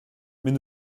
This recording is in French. mais